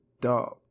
dog